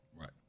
Right